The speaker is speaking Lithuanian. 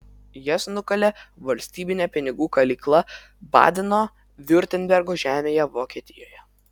jas nukalė valstybinė pinigų kalykla badeno viurtembergo žemėje vokietijoje